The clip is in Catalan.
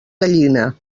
gallina